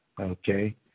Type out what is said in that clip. okay